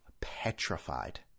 petrified